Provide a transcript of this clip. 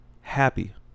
happy